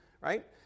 Right